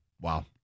Wow